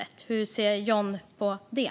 Hur ser John Widegren på det?